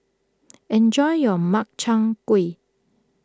enjoy your Makchang Gui